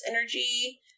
energy